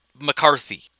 McCarthy